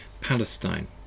Palestine